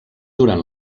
durant